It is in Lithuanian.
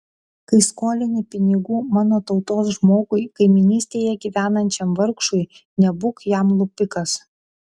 kai skolini pinigų mano tautos žmogui kaimynystėje gyvenančiam vargšui nebūk jam lupikas